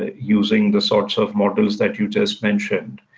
ah using the sorts of models that you just mentioned